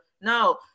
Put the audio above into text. no